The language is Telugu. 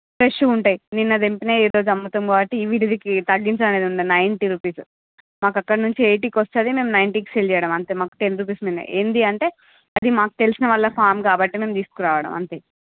ఫ్రెష్ గా ఉంటాయి నిన్న తెంపినవి ఈరోజు అమ్ముతాము కాబట్టి వీటికి తగ్గించడం అనేది ఉండదు నైన్టీ రూపీస్ మాకు అక్కడి నుంచి ఎయిటీ కి వస్తుంది మేము నైన్టీ కి సేల్ చేయడము అంతే మాకు టెన్ రూపీస్ మిగులుతుంది అది ఏందీ అంటే అది మాకు తెలిసిన వాళ్ళ ఫామ్ కాబట్టి మేము తీసుకురావడం అంతే